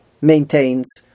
maintains